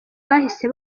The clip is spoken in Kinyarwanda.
bahise